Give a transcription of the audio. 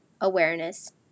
awareness